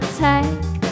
take